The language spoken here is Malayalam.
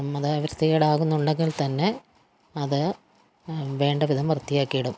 അത് വൃത്തികേടാകുന്നുണ്ടെങ്കിൽ തന്നെ അത് വേണ്ടവിധം വൃത്തിയാക്കിയിടും